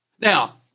Now